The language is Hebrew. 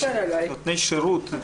בעסק של נותני שירות.